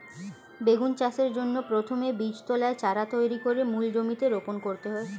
বেগুন চাষের জন্য প্রথমে বীজতলায় চারা তৈরি করে মূল জমিতে রোপণ করতে হয়